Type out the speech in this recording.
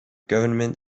government